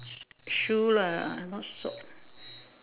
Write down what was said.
shoe lah not sock